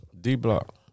D-Block